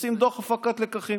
עושים דוח הפקת לקחים,